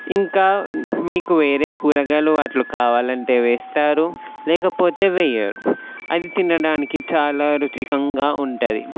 ఇంకా మీకు వేరే కూరగాయలు అట్లు కావాలంటే వేస్తారు లేకపోతే వెయ్యరు అది తినడానికి చాలా రుచికంగా ఉంటుంది